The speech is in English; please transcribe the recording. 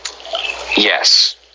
yes